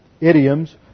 idioms